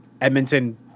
Edmonton